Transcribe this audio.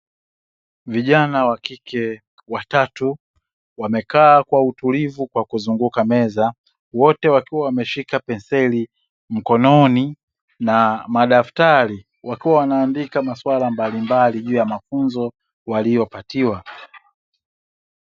Vijana wa kike watatu, wamekaa kwa utulivu kwa kuzunguka meza, wote wakiwa wameshika penseli mkononi na madaftari; wakiwa wanaandika masuala mbalimbali juu ya mafunzo waliyopatiwa.